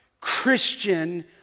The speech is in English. Christian